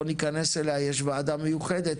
לא ניכנס אליה יש ועדה מיוחדת,